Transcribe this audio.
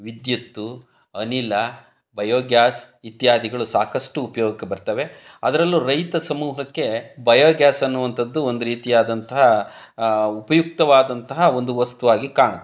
ವಿದ್ಯುತ್ತು ಅನಿಲ ಬಯೋಗ್ಯಾಸ್ ಇತ್ಯಾದಿಗಳು ಸಾಕಷ್ಟು ಉಪ್ಯೋಗಕ್ಕೆ ಬರ್ತವೆ ಅದರಲ್ಲೂ ರೈತ ಸಮೂಹಕ್ಕೆ ಬಯೋಗ್ಯಾಸ್ ಅನ್ನುವಂಥದ್ದು ಒಂದು ರೀತಿಯಾದಂತಹ ಉಪಯುಕ್ತವಾದಂತಹ ಒಂದು ವಸ್ತುವಾಗಿ ಕಾಣುತ್ತೆ